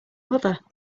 mother